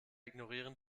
ignorieren